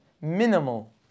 minimal